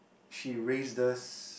she raised us